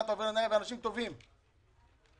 בנושא